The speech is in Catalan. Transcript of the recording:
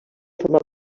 formar